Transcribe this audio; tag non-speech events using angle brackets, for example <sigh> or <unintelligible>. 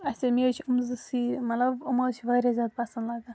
آچھا مےٚ حظ چھِ یِم زٕ <unintelligible> مطلب یِم حظ چھِ واریاہ زیادٕ پَسنٛد لَگان